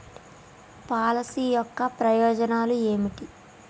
Policy యొక్క ప్రయోజనాలు ఏమిటి?